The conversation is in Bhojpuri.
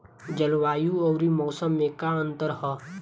जलवायु अउर मौसम में का अंतर ह?